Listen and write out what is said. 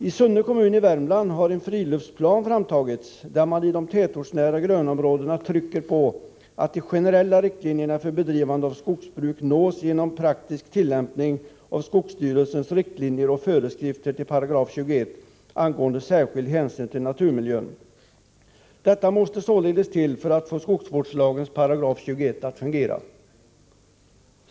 I Sunne kommun i Värmland har en friluftsplan framtagits, där man beträffande de tätortsnära grönområdena trycker på att de generella målen för bedrivande av skogsbruk nås genom praktisk tillämpning av skogsstyrelsens riktlinjer och föreskrifter till 21 § angående särskild hänsyn till naturmiljön. Detta måste således till för att få skogsvårdslagens 21 § att fungera.